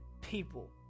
people